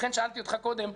ולכן שאלתי אותך קודם,